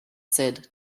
said